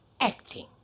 acting